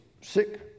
sick